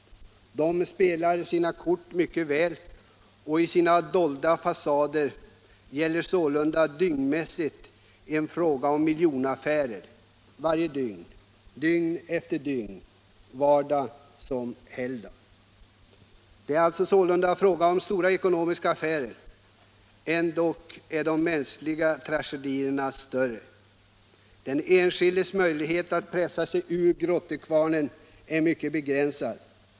Den spelar sina kort mycket väl, och dold bakom sina fasader bedriver den sin verksamhet som omspänner miljonaffärer varje dygn, dygn efter dygn och vardag som helgdag. Det är sålunda fråga om stora ekonomiska affärer, men ändock är de mänskliga tragedierna större. Den enskildes möjlighet att pressa sig ur grottekvarnen är mycket begränsad.